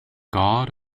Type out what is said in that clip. god